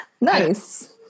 Nice